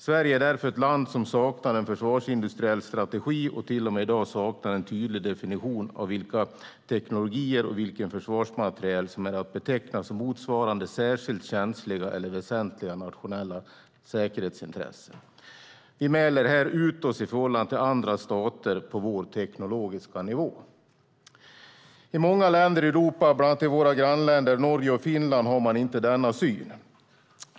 Sverige är därför ett land som saknar en försvarsindustriell strategi och i dag till och med saknar en tydlig definition av vilka teknologier och vilken försvarsmateriel som är att beteckna som motsvarande särskilt känsliga eller väsentliga nationella säkerhetsintressen. Vi mäler här ut oss i förhållande till andra stater på vår teknologiska nivå. I många länder i Europa, bland annan i våra grannländer Norge och Finland, har man inte denna syn.